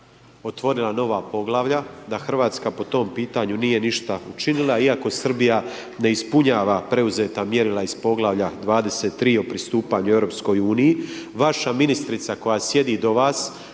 otvorila nova poglavlja, da Hrvatska po tom pitanju nije ništa učinila iako Srbija ne ispunjava preuzeta mjerila iz poglavlja 23. o pristupanju EU, vaša ministrica koja sjedi do vas